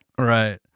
Right